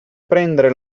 prendere